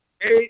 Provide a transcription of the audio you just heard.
eight